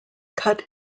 cut